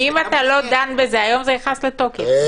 אם אתה לא דן בזה היום, זה נכנס לתוקף.